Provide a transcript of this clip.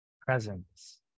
presence